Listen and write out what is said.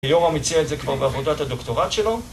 ויורם הציע את זה כבר בעבודת הדוקטורט שלו